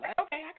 Okay